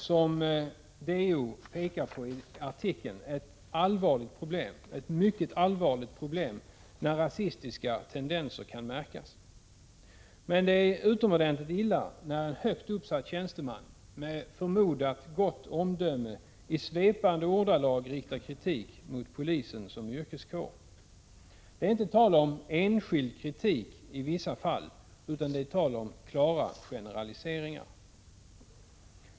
Som DO framhåller i artikeln är det självfallet mycket allvarligt, om rasistiska tendenser kan märkas. Men det är utomordentligt illa när en högt uppsatt tjänsteman, som förmodas ha gott omdöme, i svepande ordalag riktar kritik mot polisen som yrkeskår. Det är inte tal om enskild kritik i vissa fall utan om klara generaliseringar.